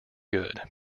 good